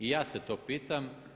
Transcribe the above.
I ja se to pitam.